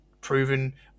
proven